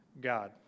God